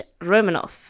Romanov